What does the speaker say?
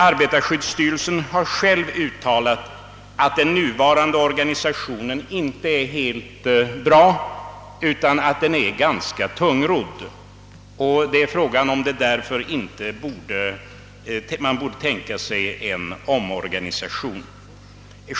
Arbetarskyddsstyrelsen har själv uttalat att den nuvaran de organisationen inte är helt tillfredsställande, utan ganska tungrodd. Det kan därför ifrågasättas, om man inte borde tänka sig en omorganisation.